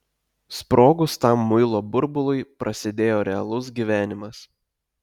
sprogus tam muilo burbului prasidėjo realus gyvenimas